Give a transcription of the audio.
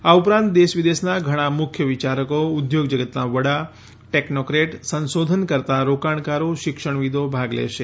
આ ઉપરાંત દેશવિદેશના ઘણા મુખ્ય વિચારકો ઉદ્યોગ જગતના વડા ટેકનોક્રેટ સંશોધનકર્તા રોકાણકારો શિક્ષણવિદો ભાગ લેશે